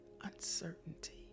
uncertainty